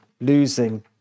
losing